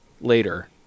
later